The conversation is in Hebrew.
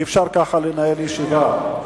אי-אפשר לנהל כך ישיבה.